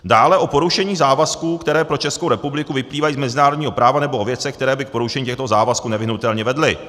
Dále o porušení závazků, které pro Českou republiku vyplývají z mezinárodního práva, nebo o věcech, které by k porušení těchto závazků nevyhnutelně vedly.